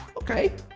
ok.